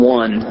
one